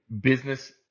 business